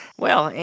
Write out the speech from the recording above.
well,